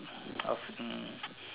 of hmm